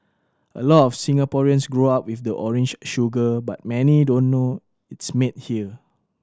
a lot of Singaporeans grow up with the orange sugar but many don't know it's made here